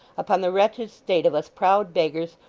upon the wretched state of us proud beggars,